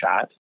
shot